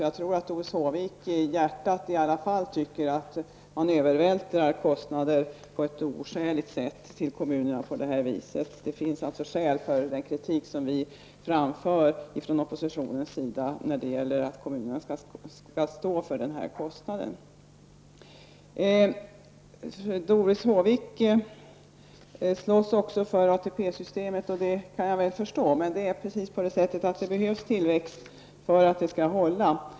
Jag tror att Doris Håvik i hjärtat i alla fall tycker att man på ett oskäligt sätt övervältrar kostnader på kommunerna. Det finns alltså skäl för den kritik som vi från oppositionens sida framför när det gäller att kommunerna skall stå för den här kostnaden. Doris Håvik slåss också för ATP-systemet, och det kan jag väl förstå. Men det behövs tillväxt för att det skall hålla.